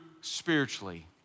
spiritually